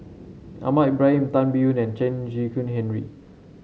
Ahmad Ibrahim Tan Biyun and Chen Kezhan Henri